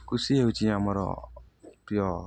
କୃଷି ହେଉଛି ଆମର ପ୍ରିୟ